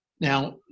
Now